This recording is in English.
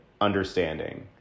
understanding